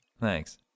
Thanks